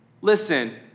listen